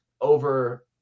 over